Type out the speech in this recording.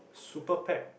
super pack